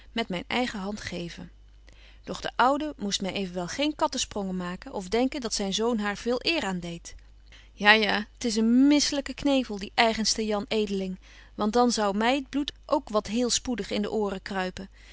met myn eigen hand geven doch de oude moest my evenwel geen kattesprongen maken of denken dat zyn zoon haar veel eer aan deedt ja ja t is een misselyke knevel die eigenste jan edeling want dan zou my t bloed ook wat heel spoedig in de ooren kruipen